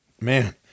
Man